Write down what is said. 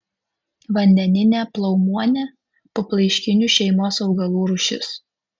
vandeninė plaumuonė puplaiškinių šeimos augalų rūšis